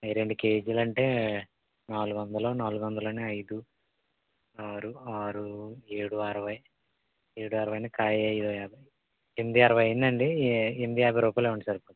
అవి రెండు కేజీలంటే నాలుగొందల నాలుగొందలుని ఐదు ఆరు ఆరు ఏడు అరవై ఏడు అరవై కాయ ఎనిమిది అరవై అయ్యిందండి ఎనిమిది యాభై రూపాయలు ఇవ్వండి సరిపోతుంది